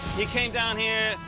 he came down here,